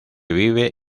vive